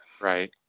right